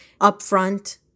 upfront